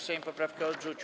Sejm poprawkę odrzucił.